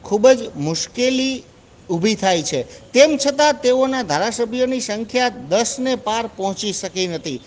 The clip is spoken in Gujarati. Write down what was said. ખૂબ જ મુશ્કેલી ઊભી થાય છે તેમ છતાં તેઓના ધારાસભ્યની સંખ્યા દસને પાર પહોંચી શકી નથી